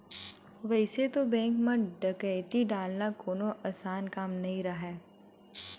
वइसे तो बेंक म डकैती डालना कोनो असान काम नइ राहय